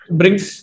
brings